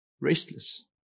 restless